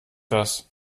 das